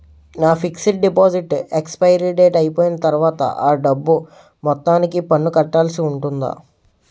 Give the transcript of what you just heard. నా fixed deposit expiry date అయిపోయిన తర్వాత అ డబ్బు మొత్తానికి పన్ను కట్టాల్సి ఉంటుందా?